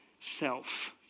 self